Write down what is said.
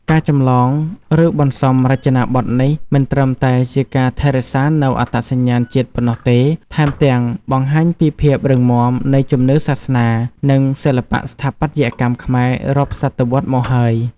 ការចម្លង ឬបន្សំរចនាបថនេះ មិនត្រឹមតែជាការថែរក្សានូវអត្តសញ្ញាណជាតិប៉ុណ្ណោះទេ ថែមទាំងបង្ហាញពីភាពរឹងមាំនៃជំនឿសាសនា និងសិល្បៈស្ថាបត្យកម្មខ្មែររាប់សតវត្សរ៍មកហើយ។